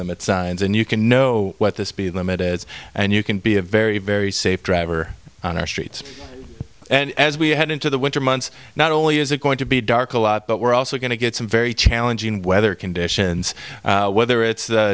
limit signs and you can know what the speed limit is and you can be a very very safe driver on our streets and as we head into the winter months not only is it going to be dark a lot but we're also going to get some very challenging weather conditions whether it's